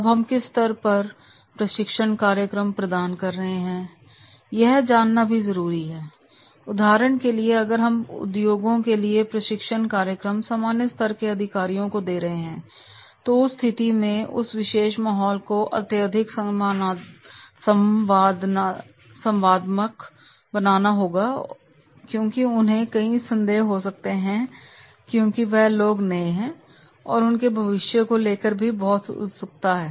अब हम किस स्तर का प्रशिक्षण कार्यक्रम प्रदान कर रहे हैं यह जानना भी जरूरी है उदाहरण के लिए अगर हम उद्योगों के लिए प्रशिक्षण कार्यक्रम सामान्य स्तर के अधिकारियों को दे रहे हैं तो उस स्थिति में उस विशेष माहौल को अत्यधिक संवादात्मक बनाना होगा क्योंकि उन्हें कई संदेह हो सकते हैं क्योंकि वह लोग नए हैं और उन्हें अपने भविष्य को लेकर भी बहुत उत्सुकता है